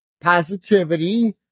positivity